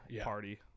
party